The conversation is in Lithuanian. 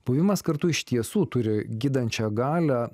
buvimas kartu iš tiesų turi gydančią galią